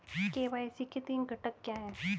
KYC के तीन घटक क्या हैं?